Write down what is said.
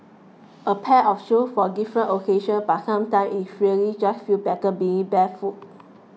a pair of shoes for different occasions but sometimes it really just feels better being barefooted